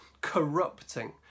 corrupting